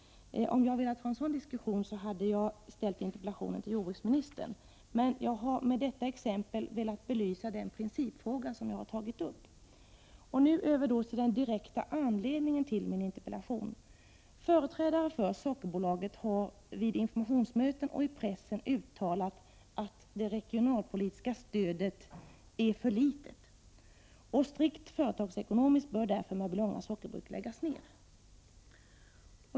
Om jag hade velat ha en sådan diskussion hade jag framställt interpellationen till jordbruksministern. Med detta exempel har jag velat belysa den principfråga som jag tagit upp. Jag går nu över till den direkta anledningen till min interpellation. Företrädare för Sockerbolaget har vid informationsmöten och i pressen uttalat att det regionalpolitiska stödet är för litet. Strikt företagsekonomiskt bör därför Mörbylånga sockerbruk läggas ner.